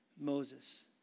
Moses